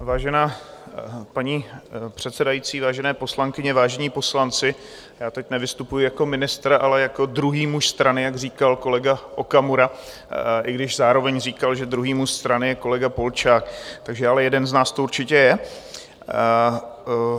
Vážená paní předsedající, vážené poslankyně, vážení poslanci, já teď nevystupuji jako ministr, ale jako druhý muž strany, jak říkal kolega Okamura, i když zároveň říkal, že druhý muž strany je kolega Polčák, takže ale jeden z nás to určitě je.